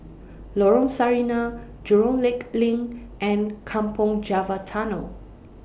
Lorong Sarina Jurong Lake LINK and Kampong Java Tunnel